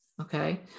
okay